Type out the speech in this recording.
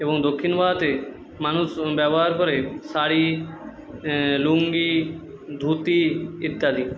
এবং দক্ষিণ ভারতে মানুষ ব্যবহার করে শাড়ি লুঙ্গি ধুতি ইত্যাদি